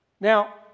Now